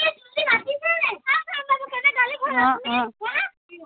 অঁ অঁ